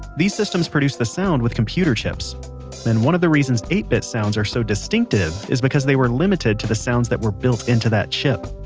these systems produced the sound with computer chips and one of the reasons eight bit sounds are so distinctive is because they were limited to the sounds that were built into that chip.